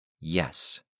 Yes